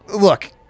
Look